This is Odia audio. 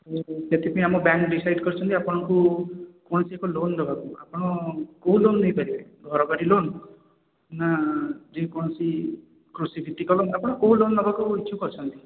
ସେଥିପାଇଁ ଆମ ବ୍ୟାଙ୍କ୍ ଡିସାଇଡ଼୍ କରିଛନ୍ତି ଆପଣଙ୍କୁ କୌଣସି ଏକ ଲୋନ୍ ଦେବାକୁ ଆପଣ କୋଉ ଲୋନ୍ ନେଇ ପାରିବେ ଘରବାରି ଲୋନ୍ ନା ଯେ କୌଣସି କୃଷି ଭିତ୍ତିକ ଲୋନ୍ ଆପଣ କେଉଁ ଲୋନ୍ ନେବାକୁ ଇଚ୍ଛୁକ ଅଛନ୍ତି